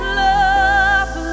love